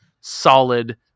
solid